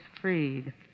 freed